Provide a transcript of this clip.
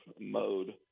mode